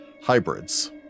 hybrids